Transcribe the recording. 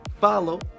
follow